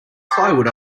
plywood